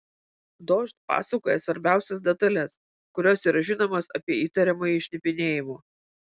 dožd pasakoja svarbiausias detales kurios yra žinomos apie įtariamąjį šnipinėjimu